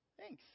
Thanks